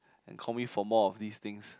and call me for more of this things